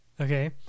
Okay